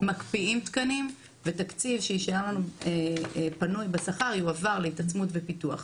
מקפיאים תקנים והתקציב שיישאר לנו פנוי בשכר יועבר להתעצמות ופיתוח.